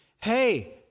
hey